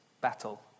Battle